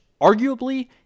arguably